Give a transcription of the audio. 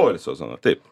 poilsio zona taip